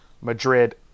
Madrid